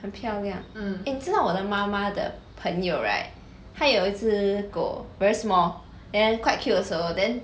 很漂亮 eh 你知道我的妈妈的朋友 right 他有一只狗 very small then quite cute also then